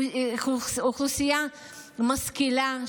אוכלוסייה משכילה,